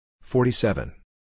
forty-seven